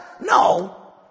No